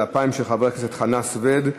אבל הפעם של חבר הכנסת חנא סוייד,